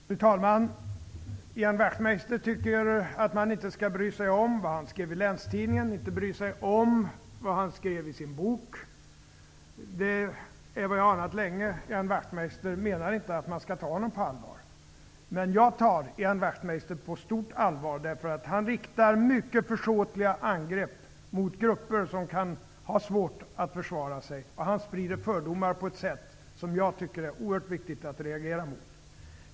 Fru talman! Ian Wachtmeister tycker inte att man skall bry sig om vad han skrev i Länstidningen Östersund eller i sin bok. Det är vad jag länge har anat. Ian Wachtmeister menar inte att man skall ta honom på allvar. Jag tar Ian Wachtmeister på stort allvar, eftersom att han riktar mycket försåtliga angrepp mot grupper som kan ha svårt att försvara sig. Han sprider fördomar på ett sätt som jag tycker att det är oerhört viktigt att reagera emot.